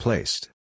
Placed